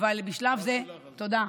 אבל בשלב זה תודה.